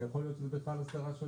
כי יכול להיות שזה בכלל לא ---,